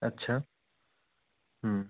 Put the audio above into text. আচ্ছা হুম